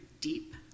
deep